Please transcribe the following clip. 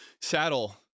Saddle